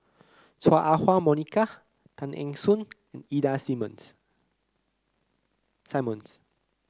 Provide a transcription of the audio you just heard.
Chua Ah Huwa Monica Tay Eng Soon and Ida Simmons